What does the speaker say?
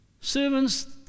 Servants